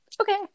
okay